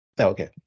okay